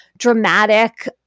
Dramatic